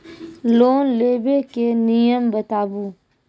Loan लेबे के नियम बताबू?